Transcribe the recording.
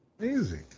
Amazing